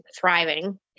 thriving